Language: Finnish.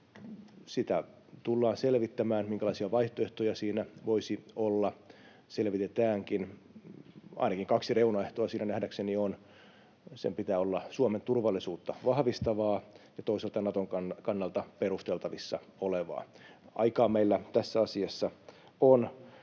sitä tullaan selvittämään, minkälaisia vaihtoehtoja siinä voisi olla, ja selvitetäänkin. Ainakin kaksi reunaehtoa siinä nähdäkseni on: sen pitää olla Suomen turvallisuutta vahvistavaa ja toisaalta Naton kannalta perusteltavissa olevaa. Aikaa meillä tässä asiassa on.